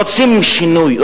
רוצים שינוי,